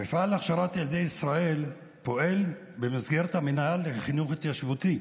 המפעל להכשרת ילדי ישראל פועל במסגרת המינהל לחינוך התיישבותי